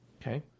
Okay